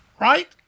Right